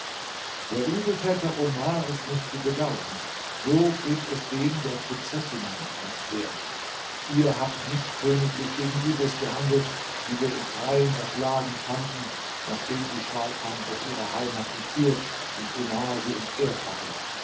der übeltäter omar ist nicht zu bedauern so geht es dem der prinzessinnen entehrt ihr habt nicht königlich gegen ibris gehandelt die wir im freien erschlagen fanden nachdem sie scharkan aus ihrer heimat entführt und omar sie entehrt hatte